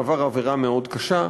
עבר עבירה מאוד קשה.